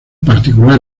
particular